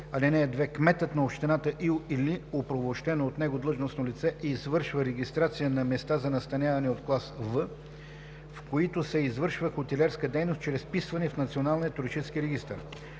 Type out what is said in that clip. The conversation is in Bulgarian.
4 и 5: „(2) Кметът на общината или оправомощено от него длъжностно лице извършва регистрация на места за настаняване от клас „В“, в които се извършва хотелиерска дейност, чрез вписване в